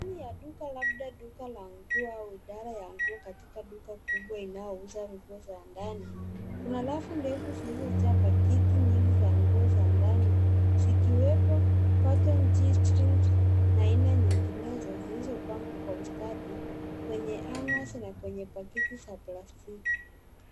Juu ya duka labda duka la nguo, au midara ya nguo katika duka kubwa inaouza nguo za ndani, kuna rafu ndefu zilizojaa pakiti nyingi za nguo za ndani, zikiwepo cotton g-strings na aina nyinginezo, zilizopangwa kwa ustadi, kwenye hangers , na kwenye pakiti za plastiki.